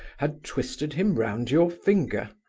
had twisted him round your finger.